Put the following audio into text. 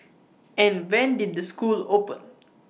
and when did the school open